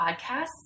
podcasts